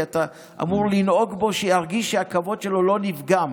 כי אתה אמור לנהוג בו כך שירגיש שהכבוד שלו לא נפגם.